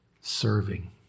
serving